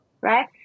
right